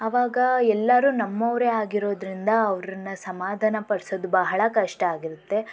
ಆವಾಗ ಎಲ್ಲರೂ ನಮ್ಮವರೇ ಆಗಿರೋದ್ರಿಂದ ಅವರನ್ನ ಸಮಾಧಾನ ಪಡಿಸೋದು ಬಹಳ ಕಷ್ಟ ಆಗಿರುತ್ತೆ